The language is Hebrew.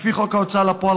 לפי חוק ההוצאה לפועל,